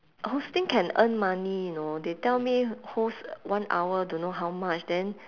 hosting can earn money you know they tell me host one hour don't know how much then